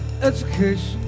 education